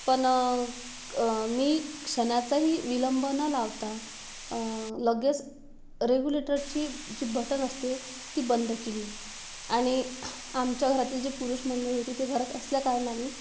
पण मी क्षणाचाही विलंब न लावता लगेच रेग्युलेटरची जी बटण असते ती बंद केली आणि आमच्या घरातली जी पुरुष मंडळी होती ती घरात असल्या कारणाने